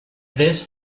this